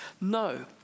No